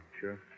Sure